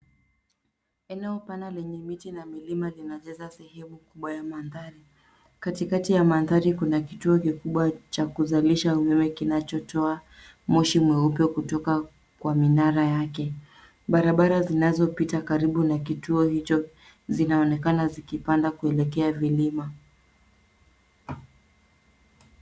Eneo pana lenye miti na milima linajaza sehemu kubwa ya mandhari. Katikati ya mandhari kuna kituo kikubwa cha kuzalisha umeme kinachotoa moshi mweupe kutoka kwa minara yake. Barabara zinazopita karibu na kituo hicho zinaonekana zikipanda kuelekea vilima.